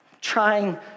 trying